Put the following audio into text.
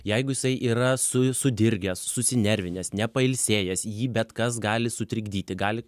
jeigu jisai yra su sudirgęs susinervinęs nepailsėjęs jį bet kas gali sutrikdyti gali